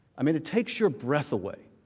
i mean it takes your breath away.